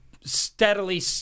steadily